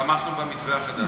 תמכנו במתווה החדש.